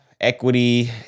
equity